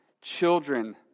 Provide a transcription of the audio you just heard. children